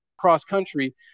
cross-country